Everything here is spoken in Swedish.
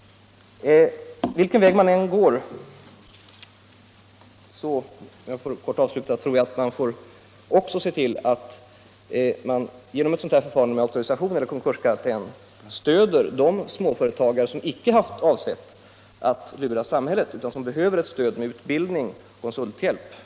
Vilken väg man än går så får man också se till att man genom ett sådant förfarande som auktorisation eller konkurskarantän också stöder de småföretagare som icke har avsett att lura samhället utan som gjort konkurs av andra skäl och behöver stöd med utbildning och konsulthjälp.